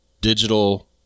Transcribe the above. digital